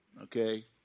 okay